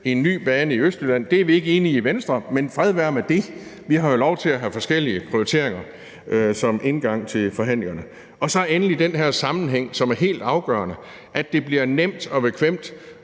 i en ny bane i Østjylland. Det er vi ikke enige i i Venstre, men fred være med det. Vi har jo lov til at have forskellige prioriteringer som indgang til forhandlingerne. Så er der endelig den her sammenhæng, som er helt afgørende, altså at det bliver nemt og bekvemt